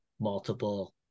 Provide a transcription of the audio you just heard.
multiple